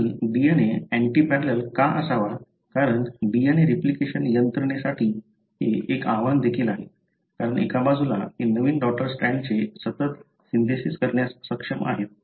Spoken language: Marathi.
आणि DNA अँटीपॅरलल का असावा कारण DNA रिप्लिकेशन यंत्रणेसाठी हे एक आव्हान देखील आहे कारण एका बाजूला ते नवीन डॉटर स्ट्रँडचे सतत सिन्थेसिस करण्यास सक्षम आहे